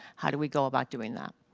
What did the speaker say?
how do we go about doing that?